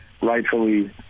rightfully